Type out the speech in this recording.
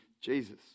Jesus